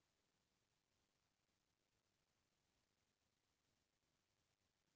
अलहन ह बिन बताए कभू भी अउ कोनों बेरा म आ जाथे